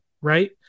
right